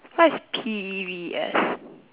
what is P E E V E S